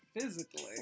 physically